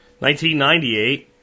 1998